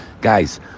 guys